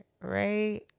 right